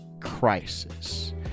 crisis